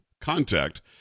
contact